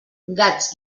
gats